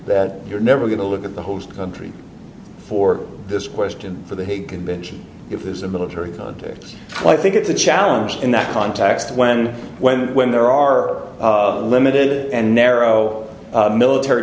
that you're never going to look at the host country for this question for the hague convention if this is a military well i think it's a challenge in that context when when when there are limited and narrow military